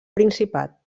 principat